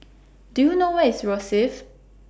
Do YOU know Where IS Rosyth